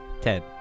Ten